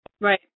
Right